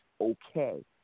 okay